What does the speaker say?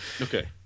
Okay